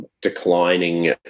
declining